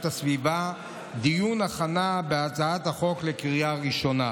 הסביבה דיון הכנה בהצעת החוק לקריאה ראשונה.